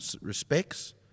respects